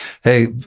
Hey